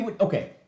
Okay